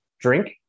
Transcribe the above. drink